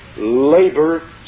labor